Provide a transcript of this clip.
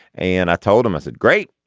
and i told him i said great.